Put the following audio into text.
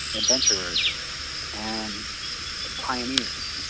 adventurers and pioneers.